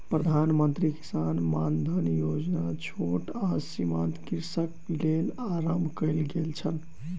प्रधान मंत्री किसान मानधन योजना छोट आ सीमांत कृषकक लेल आरम्भ कयल गेल छल